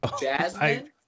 Jasmine